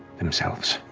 themselves